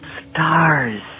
Stars